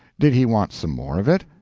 did he want some more of it?